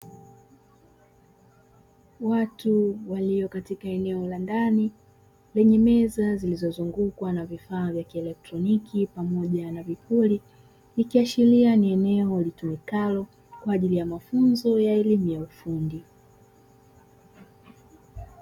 Watu walio katika eneo la ndani lenye meza zilizozungukwa na vifaa vya kielektroniki, pamoja na vipuri, ikiashiria ni eneo litumikalo kwa ajili ya mafunzo ya elimu ya ufundi.